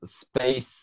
space